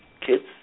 kids